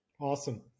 Awesome